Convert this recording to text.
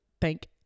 thank